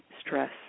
stress